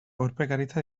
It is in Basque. urpekaritza